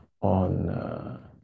on